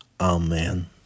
Amen